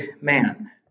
man